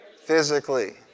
physically